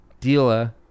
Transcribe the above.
Dila